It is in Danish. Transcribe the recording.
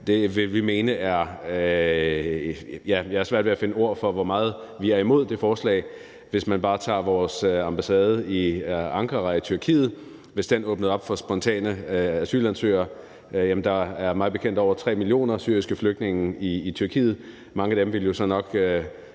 Det forslag har jeg svært ved at finde ord for hvor meget vi er imod. Hvis man bare tager vores ambassade i Ankara i Tyrkiet: Hvis den åbnede op for spontane asylansøgere – og der er mig bekendt over 3 millioner syriske flygtninge i Tyrkiet – ville mange af de syriske